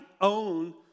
own